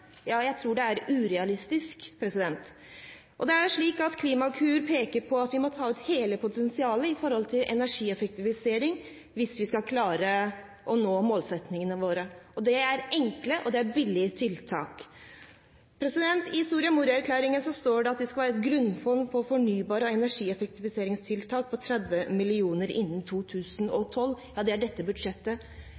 ja, jeg tror det er urealistisk. Klimakur peker på at vi må ta ut hele potensialet i forhold til energieffektivisering hvis vi skal klare å nå målsettingene våre. Det er enkle og billige tiltak. I Soria Moria-erklæringen står det at det skal være et grunnfond på fornybar energi og effektiviseringstiltak på 30 mill. kr innen